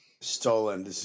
Stolen